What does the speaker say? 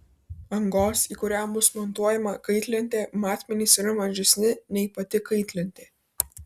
angos į kurią bus montuojama kaitlentė matmenys yra mažesni nei pati kaitlentė